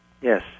Yes